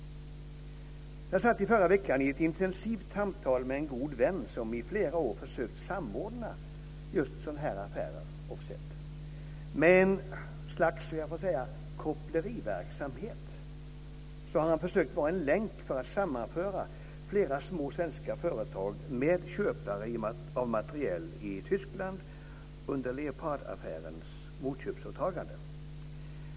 Jag satt i förra veckan i ett intensivt samtal med en god vän som i flera år har försökt samordna just sådana här affärer, offset. Med ett slags koppleriverksamhet har han försökt vara en länk för att sammanföra flera små svenska företag med köpare av materiel i Tyskland under Leopardaffärens motköpsåtagande.